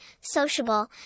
sociable